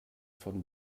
von